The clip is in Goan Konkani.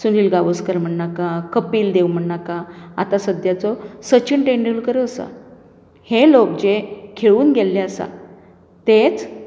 सुनील गावसकर म्हणाका कपील देव म्हणाका आता सद्याचो सचीन टेंडूलकरूय आसा हे लोक जे खेळून गेल्ले आसा तेच